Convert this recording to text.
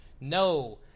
No